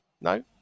No